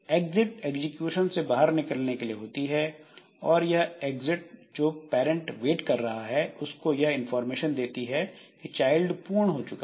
exit execution से बाहर निकलने के लिए होती है और यह एग्जिट जो पैरेंट वेट कर रहा है उसको यह इंफॉर्मेशन देती है कि चाइल्ड पूर्ण हो चुका है